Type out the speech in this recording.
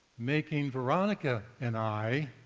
making veronica and i,